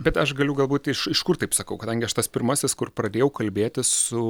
bet aš galiu galbūt iš iš kur taip sakau kadangi aš tas pirmasis kur pradėjau kalbėtis su